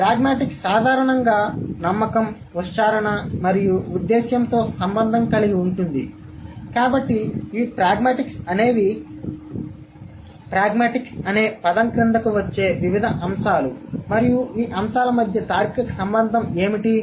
pragmatics సాధారణంగా నమ్మకం ఉచ్చారణ మరియు ఉద్దేశ్యంతో సంబంధం కలిగి ఉంటుంది కాబట్టి ఇవి ప్రాగ్మాటిక్స్ అనేవి ప్రాగ్మాటిక్స్ అనే పదం క్రిందకు వచ్చే వివిధ అంశాలు మరియు ఈ అంశాల మధ్య తార్కిక సంబంధం ఏమిటి